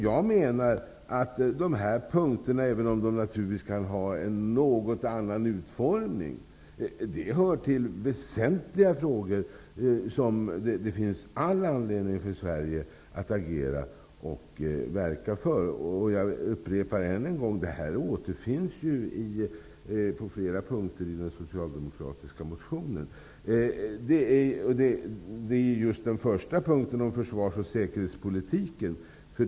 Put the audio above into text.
Jag menar att dessa punkter, även om de naturligtvis kan ha en något annan utformning, hör till de väsentliga frågor som det finns all anledning för Sverige att agera och verka för. Jag upprepar än en gång att detta återfinns på flera punkter i den socialdemokratiska motionen. Det gäller just den första punkten om försvars och säkerhetspolitiken.